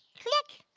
click.